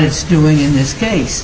it's doing in this case